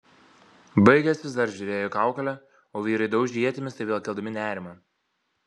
baigęs vis dar žiūrėjo į kaukolę o vyrai daužė ietimis taip vėl keldami nerimą